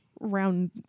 round